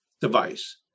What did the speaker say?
device